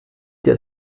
der